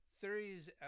theories